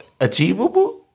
achievable